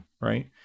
right